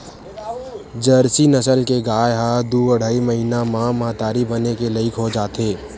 Jersey नसल के गाय ह दू अड़हई महिना म महतारी बने के लइक हो जाथे